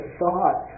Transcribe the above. thought